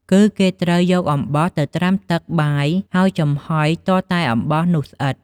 គឺគេត្រូវយកអំបោះទៅត្រាំទឹកបាយហើយចំហុយទាល់តែអំបោះនោះស្អិត។